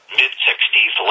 mid-60s